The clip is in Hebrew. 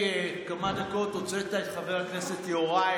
לפני כמה דקות הוצאת את חבר הכנסת יוראי